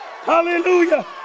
Hallelujah